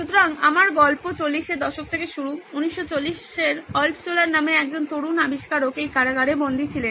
সুতরাং আমার গল্প 40 এর দশক থেকে শুরু 1940 এর আল্টশুলার নামে একজন তরুণ আবিষ্কারক এই কারাগারে বন্দী ছিলেন